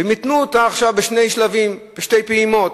ומיתנו אותה בשני שלבים, בשתי פעימות.